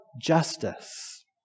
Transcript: justice